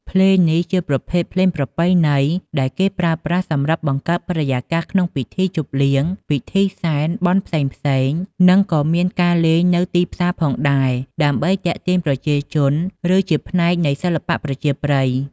ភ្លេងនេះជាប្រភេទភ្លេងប្រពៃណីដែលគេប្រើប្រាស់សម្រាប់បង្កើតបរិយាកាសក្នុងពិធីជប់លៀង ពិធីសែន បុណ្យផ្សេងៗ និងក៏មានការលេងនៅទីផ្សារផងដែរ ដើម្បីទាក់ទាញប្រជាជន ឬជាផ្នែកនៃសិល្បៈប្រជាប្រិយ។